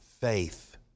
faith